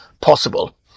possible